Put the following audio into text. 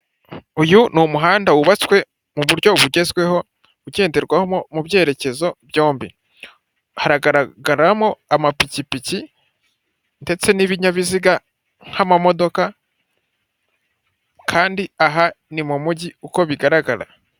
Uyu ni umuhanda wubatswe mu buryo bugezweho ugenderwaho mu byerekezo byombi. Haragaragaramo amapikipiki, ndetse n'ibinyabiziga nk'amamodoka kandi aha ni mu mujyi uko bigaragara.